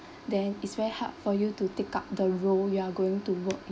then it's very hard for you to take up the role you're going to work